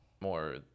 more